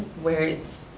where it's,